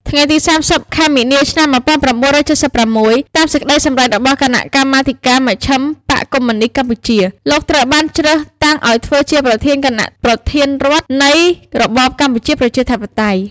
ថ្ងៃទី ៣០ ខែមីនា ឆ្នាំ ១៩៧៦ តាមសេចក្តីសម្រេចរបស់គណៈកម្មាធិការមជ្ឈិមបក្សកុម្មុយនីស្តកម្ពុជា លោក ត្រូវបានជ្រើសតាំងឱ្យធើ្វជាប្រធានគណៈប្រធានរដ្ឋនៃរបបកម្ពុជាប្រជាធិបតេយ្យ ។